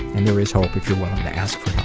and there is hope if you're willing to ask